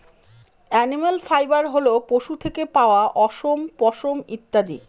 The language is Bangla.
এনিম্যাল ফাইবার হল পশু থেকে পাওয়া অশম, পশম ইত্যাদি